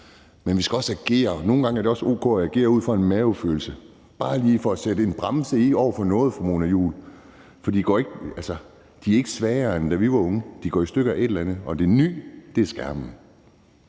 men vi skal også agere. Nogle gange er det også o.k. at agere ud fra en mavefornemmelse, bare lige for at sætte en bremse i over for noget, Mona Juul, for de er ikke svagere, end da vi var unge, men de går i stykker af et eller andet, og det nye er skærmene.